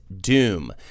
Doom